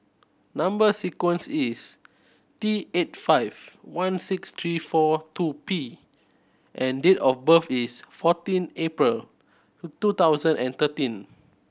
number sequence is T eight five one six three four two P and date of birth is fourteen April two thousand and thirteen